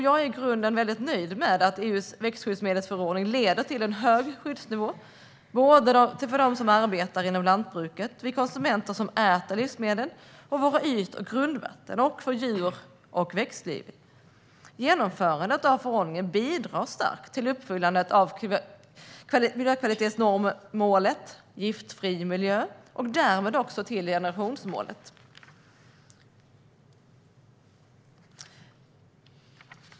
Jag är i grunden väldigt nöjd med att EU:s växtskyddsmedelsförordning leder till en hög skyddsnivå för dem som arbetar inom lantbruket, för oss konsumenter som äter livsmedlen, för våra yt och grundvatten och för djur och växtliv. Genomförandet av förordningen bidrar starkt till uppfyllandet av miljökvalitetsmålet Giftfri miljö och därmed också till generationsmålet.